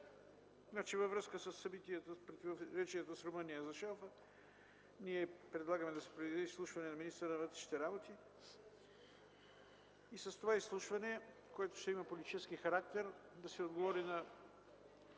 и противоречията с Румъния за шелфа ние предлагаме да се проведе изслушване на министъра на външните работи. С това изслушване, което ще има политически характер, да се отговори на